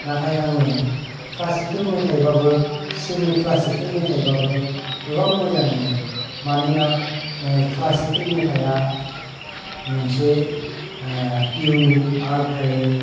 नाथाइ आङो क्लासिकेल मेथाइबाबो सिमि क्लासिकेल मेथाइबाबो गोबां मोजां मोनो मानोना क्लासिकेल मेथाइया मोनसे इउनिक आर्ट थायो